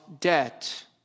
debt